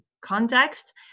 context